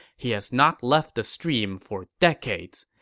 he has not left the stream for decades.